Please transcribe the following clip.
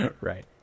Right